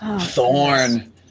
Thorn